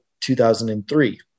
2003